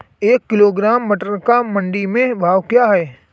एक किलोग्राम टमाटर का मंडी में भाव क्या है?